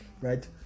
Right